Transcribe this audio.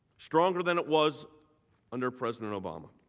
stronger than it was under president obama.